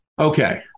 Okay